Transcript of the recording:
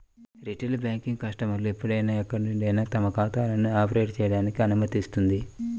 retail banking కస్టమర్లు ఎప్పుడైనా ఎక్కడి నుండైనా తమ ఖాతాలను ఆపరేట్ చేయడానికి అనుమతిస్తుంది